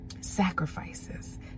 Sacrifices